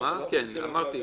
לא מחייב של הוועדה.